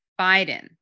Biden